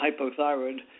hypothyroid